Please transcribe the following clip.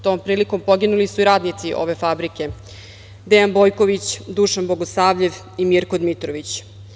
Tom prilikom poginuli su i radnici ove fabrike: Dejan Bojković, Dušan Bogosavljev i Mirko Dmitrović.